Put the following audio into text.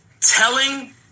Telling